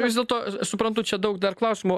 vis dėlto suprantu čia daug dar klausimų